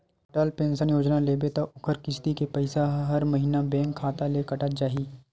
Atal pension योजना लेबे त ओखर किस्ती के पइसा ह हर महिना बेंक खाता ले कटत जाही